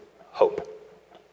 hope